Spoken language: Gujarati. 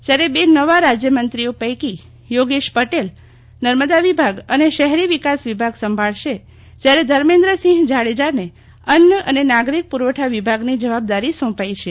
જયારે બે નવા રાજયમંત્રીઓ પૈકી યોગેશ પટેલ નર્મદા વિભાગ અને શહેરી વિકાશ વિભાગ સંભાળશે જયારે ધર્મેન્દ્રસિંહ જાડેજાને અન્ન અને નાગરિક પુરવઠા વિભાગની જવાબદારી સોંપાઈ છે